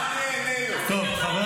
תגידו לו: זהו,